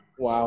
Wow